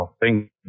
thank